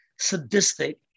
sadistic